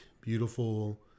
beautiful